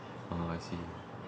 I see